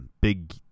big